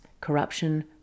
corruption